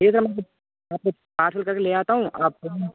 ठीक है सर मैं आपको पार्सल करके ले आता हूँ आप